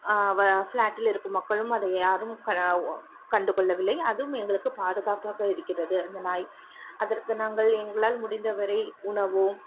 வ ஃப்ளாட்டில் இருக்கும் மக்களும் அதை யாரும் க ஓ கண்டு கொள்ளவில்லை அதுவும் எங்களுக்கு பாதுகாப்பாக இருக்கிறது அந்த நாய் அதற்கு நாங்கள் எங்களால் முடிந்த வரை உணவோ